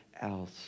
else